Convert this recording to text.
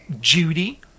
Judy